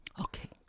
Okay